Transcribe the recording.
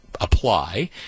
apply